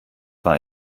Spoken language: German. war